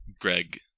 Greg